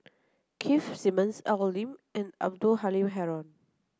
Keith Simmons Al Lim and Abdul Halim Haron